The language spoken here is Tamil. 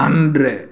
அன்று